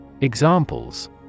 Examples